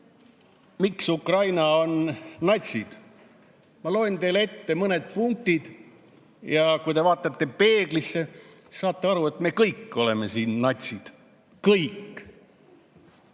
miks Ukrainas on natsid, siis ma loen teile ette mõned punktid, ja kui te vaatate peeglisse, siis saate aru, et me kõik oleme siin natsid. Kõik.